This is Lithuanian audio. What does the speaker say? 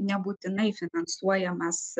nebūtinai finansuojamas